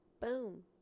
Boom